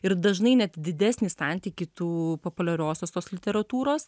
ir dažnai net didesnį santykį tų populiariosios tos literatūros